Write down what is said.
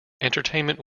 entertainment